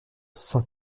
sans